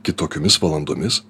kitokiomis valandomis